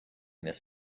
this